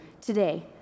today